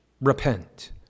repent